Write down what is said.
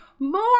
More